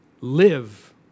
live